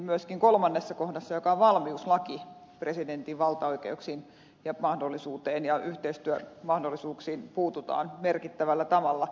myöskin kolmannessa kohdassa joka on valmiuslaki presidentin valtaoikeuksiin ja mahdollisuuteen ja yhteistyömahdollisuuksiin puututaan merkittävällä tavalla